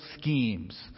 schemes